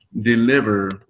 deliver